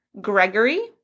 Gregory